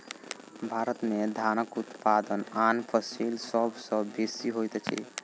भारत में धानक उत्पादन आन फसिल सभ सॅ बेसी होइत अछि